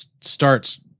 starts